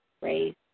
race